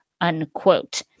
unquote